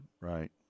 Right